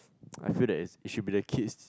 I feel that is it should be the kids